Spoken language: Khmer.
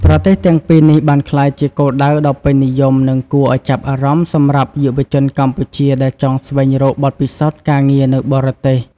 ប្រទេសទាំងពីរនេះបានក្លាយជាគោលដៅដ៏ពេញនិយម និងគួរឱ្យចាប់អារម្មណ៍សម្រាប់យុវជនកម្ពុជាដែលចង់ស្វែងរកបទពិសោធន៍ការងារនៅបរទេស ។